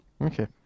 Okay